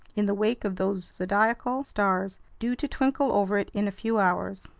in the wake of those zodiacal stars due to twinkle over it in a few hours.